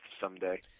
someday